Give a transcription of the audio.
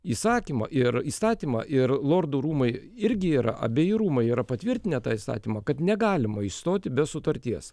įsakymą ir įstatymą ir lordų rūmai irgi yra abeji rūmai yra patvirtinę tą įstatymą kad negalima išstoti be sutarties